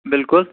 بلکل